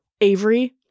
avery